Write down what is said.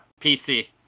PC